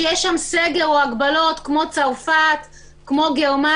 שיש שם סגר או הגבלות כמו צרפת וגרמניה,